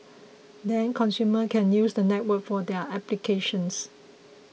then consumers can use the network for their applications